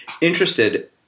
interested